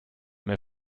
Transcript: mehr